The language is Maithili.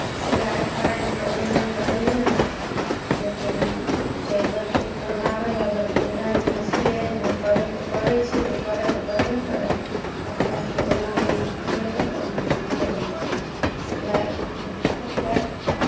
सिलाइ फराइमे तऽ मेहनति हैए हइ लेकिन जे गहिँकी फरमाबै हइ अगर ओ लाइनमे छियै जे करयके करै छियै तऽ करयके पड़बे करै हए गहिँकी जेना जेना फरमयलक ओना ओना कयली सिलाइ कऽ कऽ